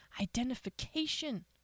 identification